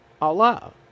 Allah